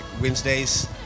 Wednesdays